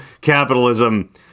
capitalism